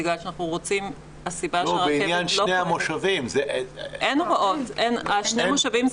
בגלל שהסיבה שהרכבת לא פועלת --- בעניין שני המושבים.